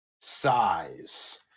size